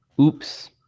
oops